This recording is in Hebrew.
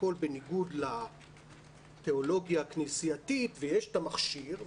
הכול בניגוד לתיאולוגיה הכנסייתית, ויש את המכשיר.